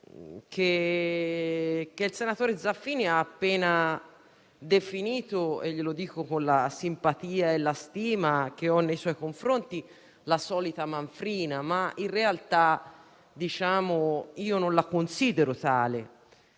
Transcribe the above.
che il senatore Zaffini ha appena definito - glielo dico con la simpatia e la stima che ho nei suoi confronti - «la solita manfrina», che in realtà io non considero tale.